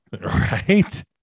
Right